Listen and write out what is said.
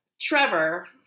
trevor